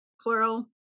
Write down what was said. plural